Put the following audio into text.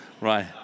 right